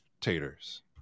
taters